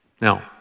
Now